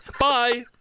Bye